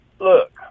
look